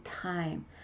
time